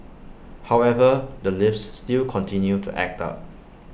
however the lifts still continue to act up